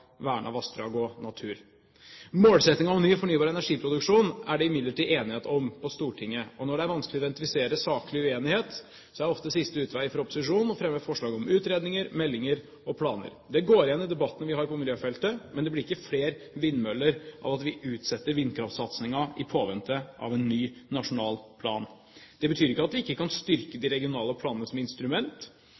vassdrag og natur. Målsettingen om ny fornybar energiproduksjon er det imidlertid enighet om på Stortinget. Når det er vanskelig å identifisere saklig uenighet, er ofte siste utvei for opposisjonen å fremme forslag om utredninger, meldinger og planer. Det går igjen i debattene vi har på miljøfeltet. Men det blir ikke flere vindmøller av at vi utsetter vindkraftsatsingen i påvente av en ny, nasjonal plan. Det betyr ikke at vi ikke kan styrke de regionale planene som instrument.